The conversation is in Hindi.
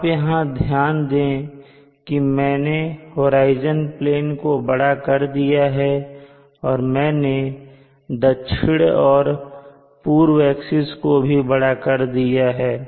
आप यहां ध्यान दें कि मैंने होराइजन प्लेन को बढ़ा कर दिया है और मैंने दक्षिण और पूर्व एक्सिस को भी बढ़ा कर दिया है